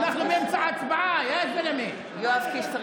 אנחנו באמצע ההצבעה, גבר.) יאללה, אוקיי.